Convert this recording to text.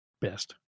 best